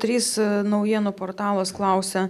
trys naujienų portalas klausia